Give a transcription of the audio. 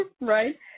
right